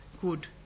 good